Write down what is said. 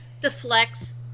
deflects